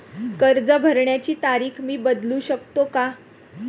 कर्ज भरण्याची तारीख मी बदलू शकतो का?